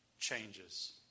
changes